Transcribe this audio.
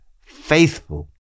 faithful